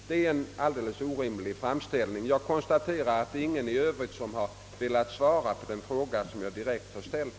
Det är en alldeles orimlig framställning. Jag konstaterar i övrigt att ingen velat svara på den direkta fråga jag ställt.